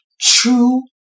true